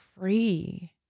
free